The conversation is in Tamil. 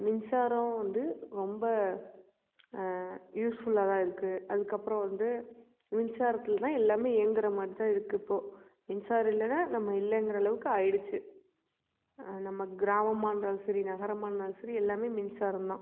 மின்சாரம் வந்து ரொம்ப யூஸ்ஃபுல்லாகதான் இருக்கு அதற்கப்பறோம் வந்து மின்சாரத்துல தான் எல்லாமே இயங்குறமாதிரிதான் இருக்கு இப்போ மின்சாரம் இல்லைன்னா நம்ம இல்லைங்கிற அளவுக்கு ஆயிடுச்சு நம்ம கிராமமாக இருந்தாலும் சரி நகரமாக இருந்தாலும் சரி எல்லாமே மின்சாரம்தான்